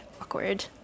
awkward